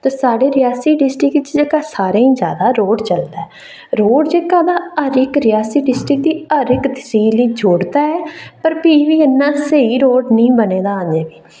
ते साढ़े रेआसी डिस्ट्रिक च जेह्का सारें ई जैदा रोड़ चलदा ऐ रोड़ जेह्का तां हर इक रेआसी डिस्ट्रिक दी हर इक तसील ई जोड़दा ऐ पर फ्ही बी इन्ना स्हेई रोड़ नेईं बने दा हाल्लें